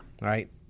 Right